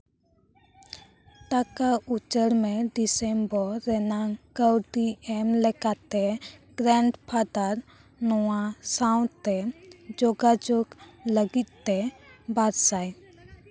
ᱴᱟᱠᱟ ᱩᱪᱟᱹᱲ ᱢᱮ ᱰᱤᱥᱮᱢᱵᱚᱨ ᱨᱮᱱᱟᱝ ᱠᱟᱹᱣᱰᱤ ᱮᱢ ᱞᱮᱠᱟᱛᱮ ᱜᱨᱮᱰ ᱯᱷᱟᱫᱟᱨ ᱱᱚᱶᱟ ᱥᱟᱶᱛᱮ ᱡᱳᱜᱟᱡᱳᱜ ᱞᱟᱹᱜᱤᱫ ᱛᱮ ᱵᱟᱨ ᱥᱟᱭ